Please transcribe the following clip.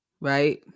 right